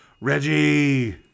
Reggie